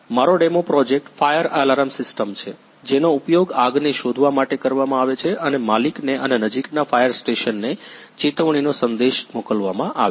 મારો demo project fire alarm system છે જેનો ઉપયોગ આગને શોધવા માટે કરવામાં આવે છે અને માલિકને અને નજીકના ફાયર સ્ટેશનને ચેતવણીનો સંદેશ મોકલવામાં આવે છે